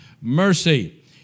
mercy